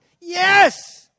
Yes